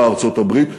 ארצות-הברית,